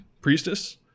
priestess